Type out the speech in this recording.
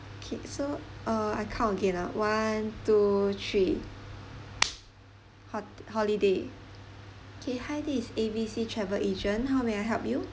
K so uh I count again ah one two three ho~ holiday K hi this is A B C travel agent how may I help you